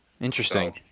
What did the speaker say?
Interesting